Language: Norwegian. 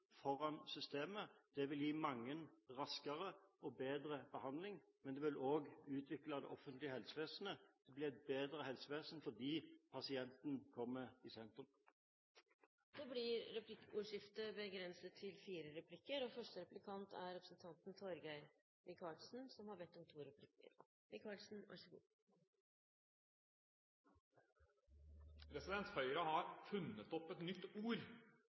foran systemet. Det vil gi mange raskere og bedre behandling, men det vil også utvikle det offentlige helsevesenet. Det blir et bedre helsevesen, fordi pasienten kommer i sentrum. Det blir replikkordskifte. Høyre har funnet opp et nytt ord, og det ordet heter «gjennomføringskraft». Grunnen til at de har